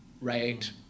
right